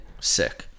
sick